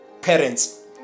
parents